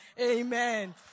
Amen